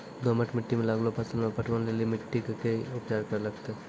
दोमट मिट्टी मे लागलो फसल मे पटवन लेली मिट्टी के की उपचार करे लगते?